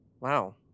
Wow